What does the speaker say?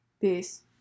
Peace